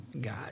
God